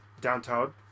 downtown